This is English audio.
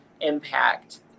Impact